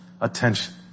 attention